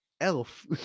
elf